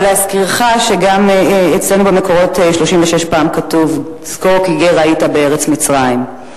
להזכירך שגם אצלנו במקורות 36 פעמים כתוב: זכור כי גר היית בארץ מצרים.